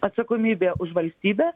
atsakomybė už valstybę